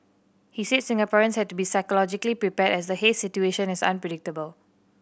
he said Singaporeans had to be psychologically prepared as the haze situation is unpredictable